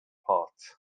paths